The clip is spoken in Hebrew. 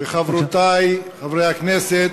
אדוני היושב-ראש, חברי וחברותי חברי הכנסת,